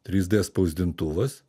trys dė spausdintuvas